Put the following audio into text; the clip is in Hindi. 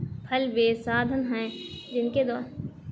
फल वे साधन हैं जिनके द्वारा फूलों के पौधे अपने बीजों का प्रसार करते हैं